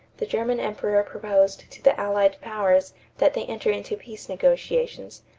the german emperor proposed to the allied powers that they enter into peace negotiations,